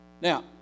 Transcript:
Now